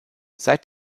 seit